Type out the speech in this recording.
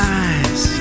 eyes